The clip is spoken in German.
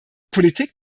politik